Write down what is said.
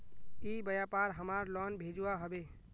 ई व्यापार हमार लोन भेजुआ हभे?